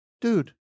dude